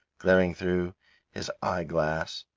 glaring through his eye-glass.